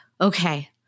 okay